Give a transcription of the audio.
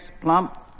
plump